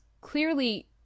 clearly